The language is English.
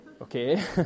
okay